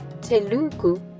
Telugu